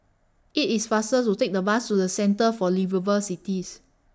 IT IS faster to Take The Bus to The Centre For Liveable Cities